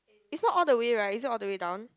it's not all the way right is it all the way down